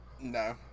No